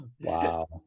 Wow